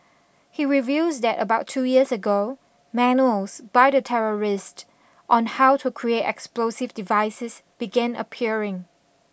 he reveals that about two years ago manuals by the terrorist on how to create explosive devices began appearing